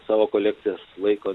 savo kolekcijas laiko